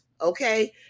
Okay